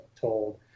told